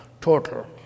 total